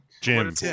Jim